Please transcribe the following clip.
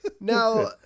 Now